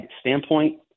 standpoint